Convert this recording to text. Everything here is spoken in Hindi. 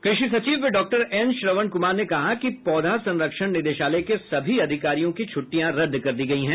कृषि सचिव डॉक्टर एन श्रवण क्मार ने कहा कि पौधा संरक्षण निदेशालय के सभी अधिकारियों की छ्टिटयां रद्द कर दी गयी है